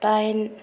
दाइन